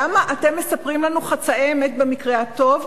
למה אתם מספרים לנו חצאי אמת במקרה הטוב,